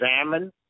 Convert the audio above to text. examine